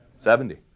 Seventy